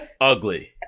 Ugly